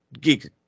Geek